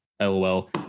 LOL